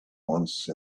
once